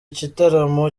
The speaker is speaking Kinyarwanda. gitaramo